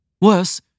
Worse